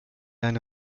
eine